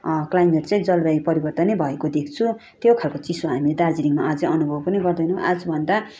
climate चाहिँ जलवयु परिवर्तनै भएको देख्छु त्यो खालको चिसो हामी दार्जिलिङमा अझै अनुभव पनि गर्दैनौ आजभन्दा